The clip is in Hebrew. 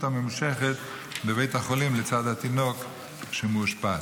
הממושכת בבית החולים לצד התינוק שמאושפז.